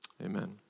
Amen